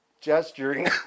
gesturing